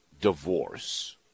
divorce